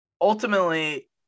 Ultimately